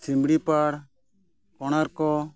ᱥᱤᱢᱲᱤ ᱯᱟᱲ ᱠᱳᱱᱟᱨᱠᱚ